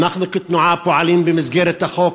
שאנחנו כתנועה פועלים במסגרת החוק.